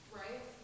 right